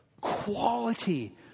quality